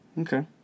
Okay